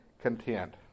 content